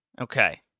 Okay